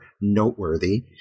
noteworthy